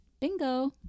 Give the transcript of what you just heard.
Bingo